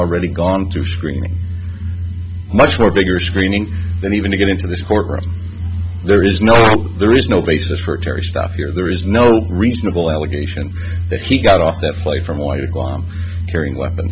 already gone through screening much more vigorous screening than even to get into this court room there is no there is no basis for terry stuff here there is no reasonable allegation that he got off that flight from carrying weapons